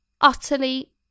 utterly